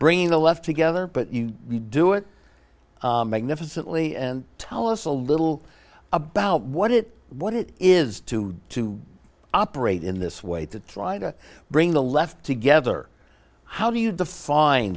bringing the left together but you do it magnificently and tell us a little about what it what it is to to operate in this way to try to bring the left together how do you define